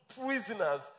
prisoners